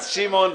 אז שמעון,